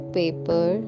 paper